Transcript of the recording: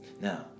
Now